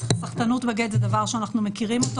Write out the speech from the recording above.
סחטנות בגט זה דבר שאנחנו מכירים אותו